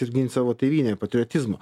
ir gint savo tėvynę ir patriotizmą